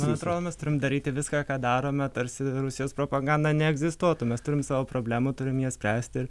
man atrodo mes turim daryti viską ką darome tarsi rusijos propaganda neegzistuotų mes turim savo problemų turim jas spręsti